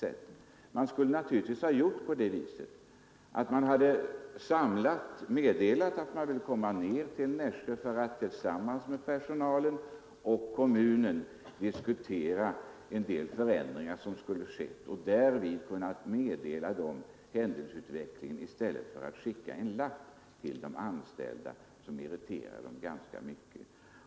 SJ skulle naturligtvis ha meddelat att man ville komma ned till Nässjö för att tillsammans med personalen och representanter för kommunen diskutera en del förändringar som övervägdes och sedan delge dem händelseutvecklingen i stället för att bara skicka en lapp till de anställda, vilket irriterade dem ganska mycket.